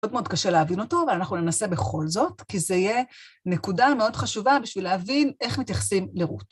מאוד מאוד קשה להבין אותו, אבל אנחנו ננסה בכל זאת, כי זה יהיה נקודה מאוד חשובה בשביל להבין איך מתייחסים לרות.